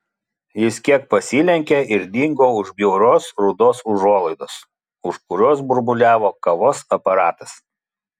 jis kiek pasilenkė ir dingo už bjaurios rudos užuolaidos už kurios burbuliavo kavos aparatas